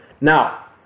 Now